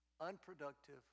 unproductive